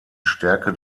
stärke